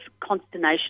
consternation